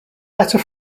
letter